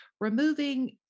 removing